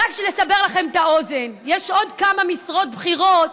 רק שנסבר לכם את האוזן, יש עוד כמה משרות בכירות,